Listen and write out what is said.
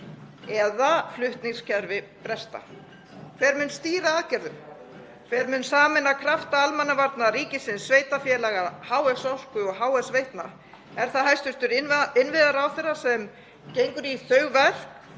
eða flutningskerfi bresta? Hver mun stýra aðgerðum? Hver mun sameina krafta almannavarna, sveitarfélaga, HS Orku og HS Veitna? Er það hæstv. innviðaráðherra sem gengur í þau verk?